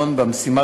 ישראל,